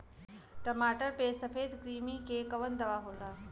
टमाटर पे सफेद क्रीमी के कवन दवा होला?